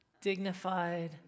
dignified